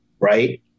right